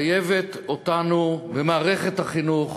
מחייבים אותנו, במערכת החינוך,